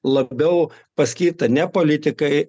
labiau paskirta ne politikai